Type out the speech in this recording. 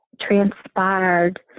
transpired